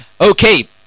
okay